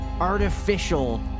artificial